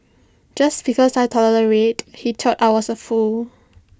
just because I tolerated he thought I was A fool